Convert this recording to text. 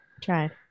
tried